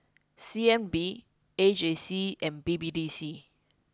C N B A J C and B B D C